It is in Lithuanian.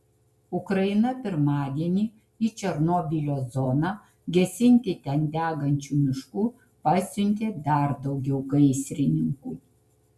ukraina pirmadienį į černobylio zoną gesinti ten degančių miškų pasiuntė dar daugiau gaisrininkų